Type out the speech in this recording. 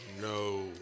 No